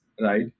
right